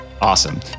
Awesome